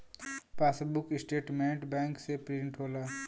passbook statement bank से print होला